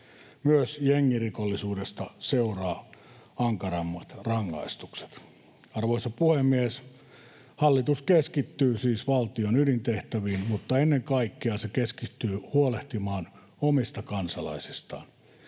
Myös jengirikollisuudesta seuraa ankarammat rangaistukset. Arvoisa puhemies! Hallitus keskittyy siis valtion ydintehtäviin, mutta ennen kaikkea se keskittyy huolehtimaan omista kansalaisistaan.